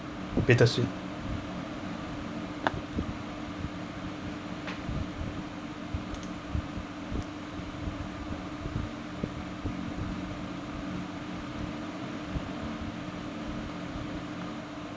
bittersweet